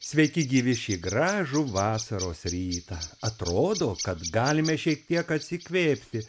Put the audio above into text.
sveiki gyvi šį gražų vasaros rytaą atrodo kad galime šiek tiek atsikvėpti